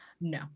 No